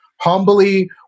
humbly